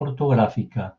ortogràfica